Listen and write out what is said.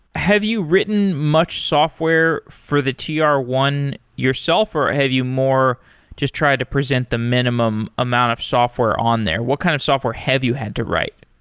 have you written much software for the t r one yourself or have you more just try to present the minimum amount of software on there? what kind of software have you had to write?